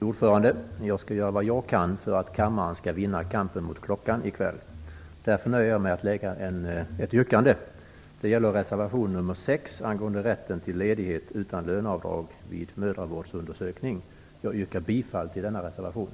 Fru talman! Jag skall göra vad jag kan för att kammaren skall vinna kampen mot klockan i kväll. Därför nöjer jag mig med att göra ett yrkande. Jag yrkar bifall till denna reservation.